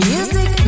Music